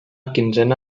quinzena